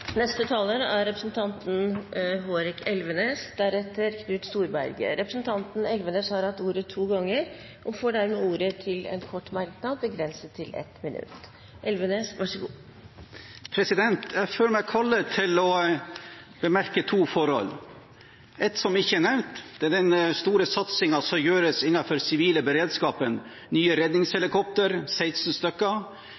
Representanten Hårek Elvenes har hatt ordet to ganger tidligere og får ordet til en kort merknad, begrenset til 1 minutt. Jeg føler meg kallet til å bemerke to forhold: ett som ikke er nevnt, det er den store satsingen som gjøres innenfor den sivile beredskapen: nye